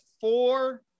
four